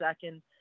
second